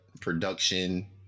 production